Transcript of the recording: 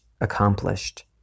accomplished